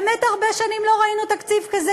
באמת הרבה שנים לא ראינו תקציב כזה,